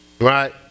right